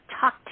talk